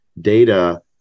data